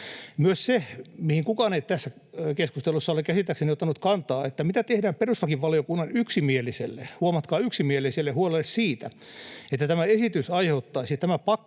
käsittääkseni kukaan ei ole tässä keskustelussa ottanut kantaa, on se, mitä tehdään perustuslakivaliokunnan yksimieliselle — huomatkaa, yksimieliselle — huolelle siitä, että tämä esitys ja